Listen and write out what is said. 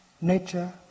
nature